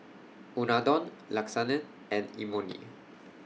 Unadon Lasagne and Imoni